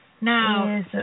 Now